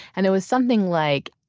and it was something like,